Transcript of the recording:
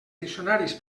diccionaris